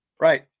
Right